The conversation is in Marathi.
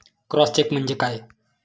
क्रॉस चेक म्हणजे काय?